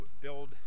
build